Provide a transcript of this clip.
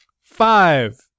Five